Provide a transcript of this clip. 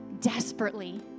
desperately